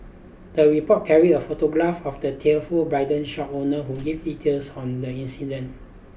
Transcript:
the report carried a photograph of the tearful bridal shop owner who give details on the incident